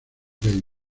davies